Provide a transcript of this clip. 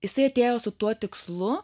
jisai atėjo su tuo tikslu